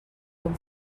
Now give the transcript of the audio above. com